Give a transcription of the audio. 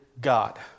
God